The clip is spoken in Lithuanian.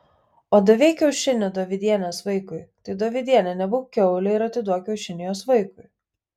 o davei kiaušinį dovydienės vaikui tai dovydiene nebūk kiaulė ir atiduok kiaušinį jos vaikui